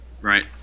right